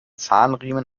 zahnriemen